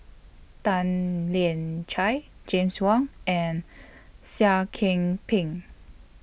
Tan Lian Chye James Wong and Seah Kian Peng